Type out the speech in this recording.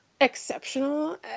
exceptional